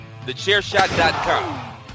TheChairShot.com